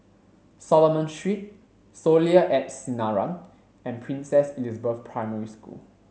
Solomon Street Soleil at Sinaran and Princess Elizabeth Primary School